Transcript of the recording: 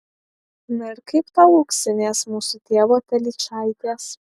na ir kaip tau auksinės mūsų tėvo telyčaitės